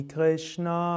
Krishna